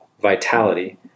vitality